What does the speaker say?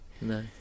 No